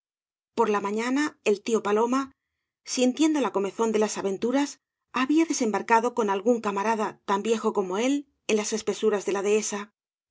por la mañana el tío paloma sintiendo la comezón de las aventuras había desembarcado con algún cámarada tan viejo como éi en las espesuras de la dehe sa